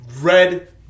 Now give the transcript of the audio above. Red